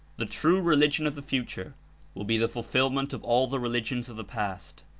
the true religion of the future will be the ful filment of all the religions of the past,